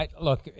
Look